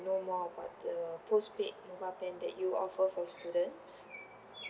know more about the postpaid mobile plan that you offer for students